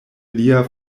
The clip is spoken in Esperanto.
lia